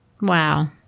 Wow